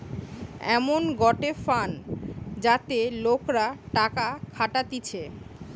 এমন গটে ফান্ড যাতে লোকরা টাকা খাটাতিছে